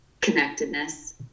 connectedness